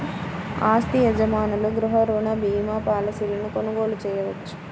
ఆస్తి యజమానులు గృహ రుణ భీమా పాలసీలను కొనుగోలు చేయవచ్చు